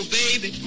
baby